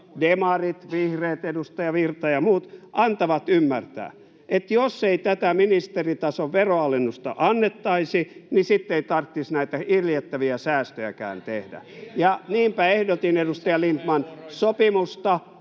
demarit, vihreät, edustaja Virta ja muut, annatte ymmärtää, että jos ei tätä ministeritason veronalennusta annettaisi, niin sitten ei tarvitsisi näitä iljettäviä säästöjäkään tehdä. [Välihuuto vasemmalta] Ja niinpä ehdotin, edustaja Lindtman, sopimusta,